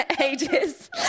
ages